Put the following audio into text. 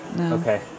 Okay